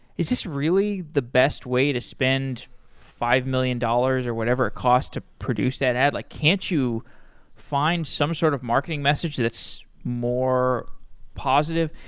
is this really the best way to spend five million dollars? or whatever it cost to produce that ad, like can't you find some sort of marketing message that's more positive?